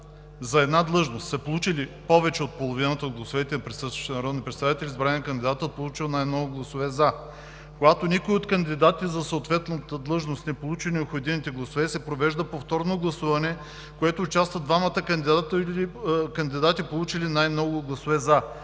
за една длъжност са получили повече от половината от гласовете на присъстващите народни представители, избран е кандидатът, получил най-много гласове „за“. Когато никой от кандидатите за съответната длъжност не получи необходимите гласове, се провежда повторно гласуване, в което участват двамата кандидати, получили най-много гласове „за“.“